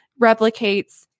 replicates